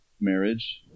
marriage